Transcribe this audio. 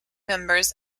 members